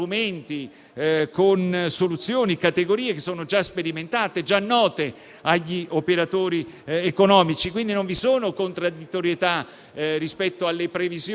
alle richieste pervenute da tutte le parti, che ci sono state confermate nelle tantissime audizioni svolte sul provvedimento,